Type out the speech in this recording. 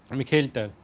and mikhail tal.